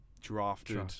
drafted